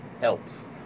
helps